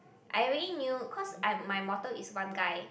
I already knew cause I my mortal is one guy